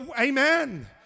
Amen